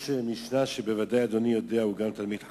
יש משנה שבוודאי אדוני מכיר, הוא גם תלמיד חכם: